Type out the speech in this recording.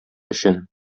өчен